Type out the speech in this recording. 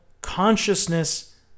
consciousness